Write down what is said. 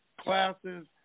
classes